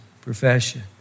profession